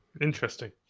interesting